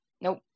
Nope